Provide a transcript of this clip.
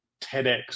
TEDx